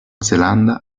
zelanda